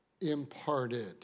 imparted